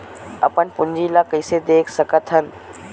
अपन पूंजी ला कइसे देख सकत हन?